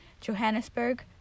Johannesburg